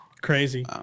Crazy